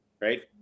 right